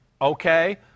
okay